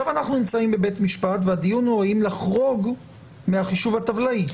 עכשיו אנחנו נמצאים בבית משפט והדיון הוא האם לחרוג מהחישוב הטבלאי.